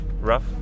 Rough